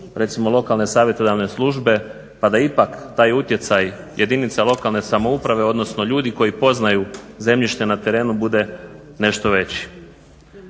recimo lokalne savjetodavne službe pa da ipak taj utjecaj jedinica lokalne samouprave, odnosno ljudi koji poznaju zemljište na terenu bude nešto veći.